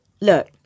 look